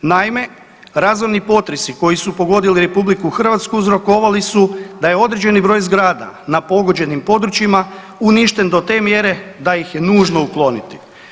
Naime, razorni potresi koji su pogodili RH uzrokovali su da je određeni broj zgrada na pogođenim područjima uništen do te mjere da ih je nužno ukloniti.